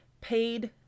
paid